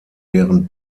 deren